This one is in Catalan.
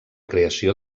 creació